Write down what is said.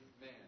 man